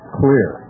clear